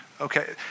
okay